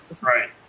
Right